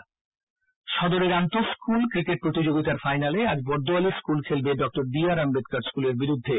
school cricket সদরের আন্ত school cricket প্রতিযোগিতার ফাইন্যালে আজ বড়দোয়ালি স্কুল খেলবে ডবি আর আশ্বেদকর স্কুলের বিরুদ্ধে